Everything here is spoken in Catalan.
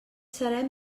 serem